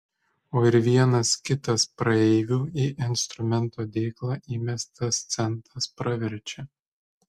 o ir vienas kitas praeivių į instrumento dėklą įmestas centas praverčia